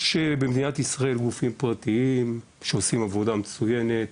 יש במדינת ישראל גופים פרטיים שעושים עבודה מצוינת,